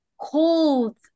cold